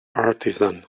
artisan